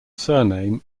surname